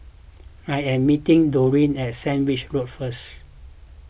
I am meeting Doreen at Sandwich Road first